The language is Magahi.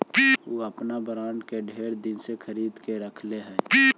ऊ अपन बॉन्ड के ढेर दिन से खरीद के रखले हई